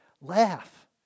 laugh